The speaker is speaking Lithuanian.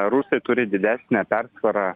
rusai turi didesnę persvarą